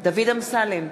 דוד אמסלם,